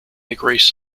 agrees